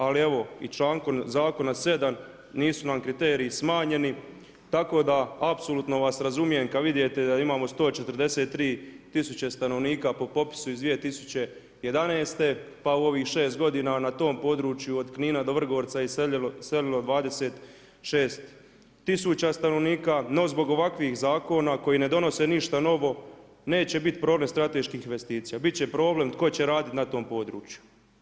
Ali evo i člankom 7. zakona nisu nam kriteriji smanjeni tako da apsolutno vas razumijem kada vidite da imamo 143 tisuće stanovnika po popisu iz 2011. pa u ovih šest godina na tom području od Knina do Vrgorca iselilo 26 tisuća stanovnika. no zbog ovakvih zakona koji ne donose ništa novo neće biti problem strateških investicija, bit će problem tko će raditi na tom području.